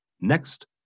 next